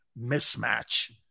mismatch